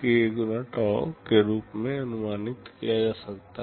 x k x tau के रूप में अनुमानित किया जा सकता है